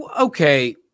okay